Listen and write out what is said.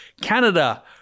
Canada